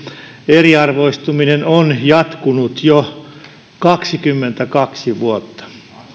eriarvoistuminen on jatkunut jo kaksikymmentäkaksi vuotta